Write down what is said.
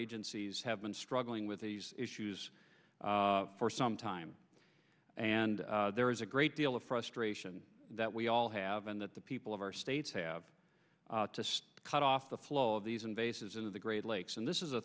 agencies have been struggling with these issues for some time and there is a great deal of frustration that we all have and that the people of our states have to cut off the flow of these and bases into the great lakes and this is a